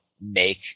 make